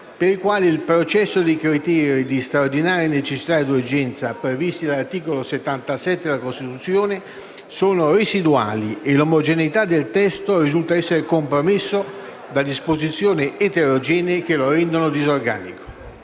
per i quali il possesso dei criteri di straordinaria necessità ed urgenza, previsti dall'articolo 77 della Costituzione, è residuale e l'omogeneità del testo risulta essere compromesso da disposizioni eterogenee che lo rendono disorganico.